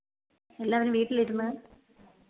എല്ലാവരും വീട്ടിലിരുന്ന്